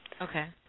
Okay